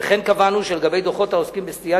וכן קבענו שלגבי דוחות העוסקים בסטיית